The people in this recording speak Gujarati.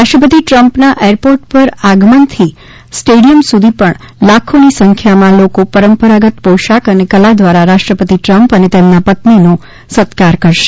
રાષ્ટ્રપતિ ટ્રમ્પના એરપોર્ટ ઉપર આગમન થી સ્ટેડિથમ સુધી પણ લાખોની સંખ્યામાં લોકો પરંપરાગત પોશાક અને કલા દ્વારા રાષ્ટ્રપતિ ટ્રમ્પ અને તેમના પત્ની નો સત્કાર કરશે